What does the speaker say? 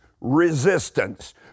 resistance